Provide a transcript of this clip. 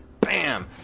BAM